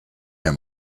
him